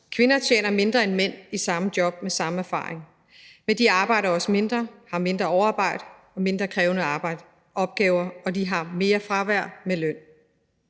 Kvinder tjener mindre end mænd i samme job med samme erfaring, men de arbejder også mindre, har mindre overarbejde og mindre krævende opgaver, og de har mere fravær med løn.